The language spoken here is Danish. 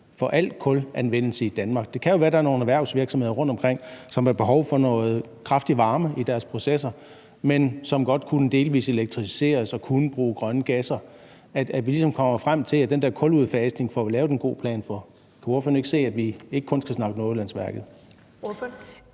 for al kulanvendelse i Danmark? Det kan jo være, at der er nogle erhvervsvirksomheder rundtomkring, som har behov for noget kraftig varme i deres processer, men som godt kunne elektrificeres delvis og bruge grønne gasser, så vi ligesom kommer frem til, at vi får lavet en god plan for den der kuludfasning. Kan ordføreren ikke se, at vi ikke kun skal snakke Nordjyllandsværket?